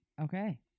Okay